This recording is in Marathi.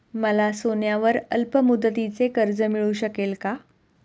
मला सोन्यावर अल्पमुदतीचे कर्ज मिळू शकेल का?